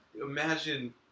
Imagine